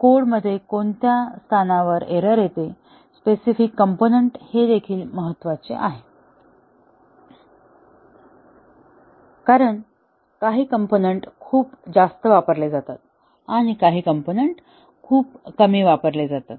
कोडमध्ये कोणत्या स्थानावर एरर येते स्पेसिफिक कॉम्पोनन्ट ते देखील महत्त्वाचे आहे कारण काही कॉम्पोनन्ट खूप जास्त वापरले जातात आणि काही कॉम्पोनन्ट खूप कमी वापरले जातात